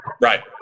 right